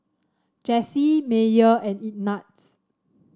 Jessy Myer and Ignatz